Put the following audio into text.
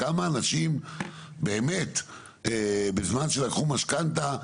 כמה אנשים באמת בזמן שלקחו משכנתא,